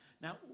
Now